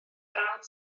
frawd